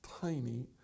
tiny